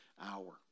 hour